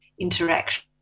interaction